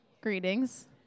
Greetings